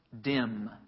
dim